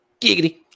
giggity